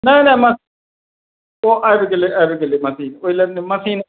नहि नहि ओ आबि गेलै आबि गेलै मशीन ओहि ले नहि मशीन